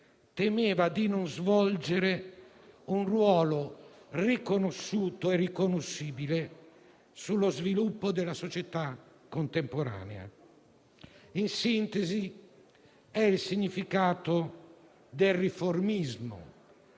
temeva di non svolgere un ruolo riconosciuto e riconoscibile sullo sviluppo della società contemporanea. In sintesi, è il significato del vero riformismo